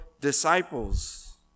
disciples